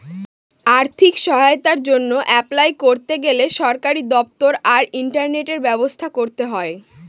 আর্থিক সহায়তার জন্য অ্যাপলাই করতে গেলে সরকারি দপ্তর আর ইন্টারনেটের ব্যবস্থা করতে হয়